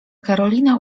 karolina